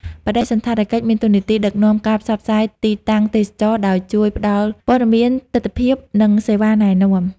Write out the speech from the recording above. បដិសណ្ឋារកិច្ចមានតួនាទីដឹកនាំការផ្សព្វផ្សាយទីតាំងទេសចរណ៍ ដោយជួយផ្ដល់ព័ត៌មាន ទិដ្ឋភាព និងសេវាណែនាំ។